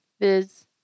viz